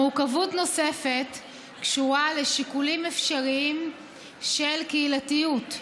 מורכבות נוספת קשורה לשיקולים אפשריים של קהילתיות.